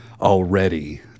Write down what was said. Already